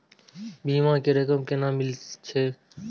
बीमा के रकम केना मिले छै?